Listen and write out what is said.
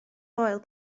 foel